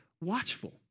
watchful